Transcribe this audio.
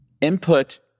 input